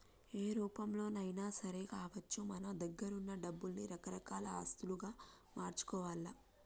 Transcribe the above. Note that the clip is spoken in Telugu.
ఏ రూపంలోనైనా సరే కావచ్చు మన దగ్గరున్న డబ్బుల్ని రకరకాల ఆస్తులుగా మార్చుకోవాల్ల